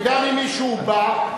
וגם אם מישהו בא,